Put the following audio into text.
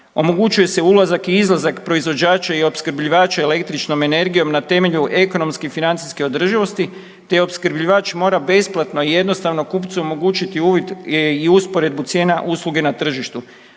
omogućuje se ulazak i izlazak proizvođača i opskrbljivača električnom energijom na temelju ekonomske financijske održivosti te opskrbljivač mora besplatno jednostavno kupcu omogućiti uvid i usporedbu cijena usluge na tržištu.